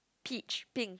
peach pink